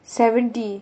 seventy